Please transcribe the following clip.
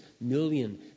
million